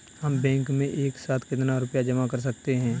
हम बैंक में एक साथ कितना रुपया जमा कर सकते हैं?